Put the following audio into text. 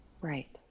Right